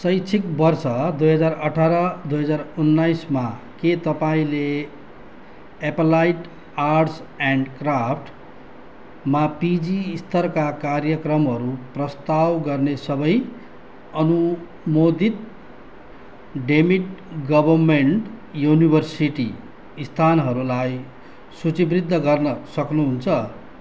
शैक्षिक वर्ष दुई हजार अठार दुई हजार उन्नाइसमा के तपाईँले एप्लाइड आर्ट्स एन्ड क्राफ्टमा पिजी स्तरका कार्यक्रमहरू प्रस्ताव गर्ने सबै अनुमोदित डिमिड गभर्नमेन्ट युनिभर्सिटी स्थानहरूलाई सूचीबद्ध गर्न सक्नुहुन्छ